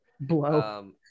blow